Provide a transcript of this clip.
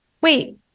wait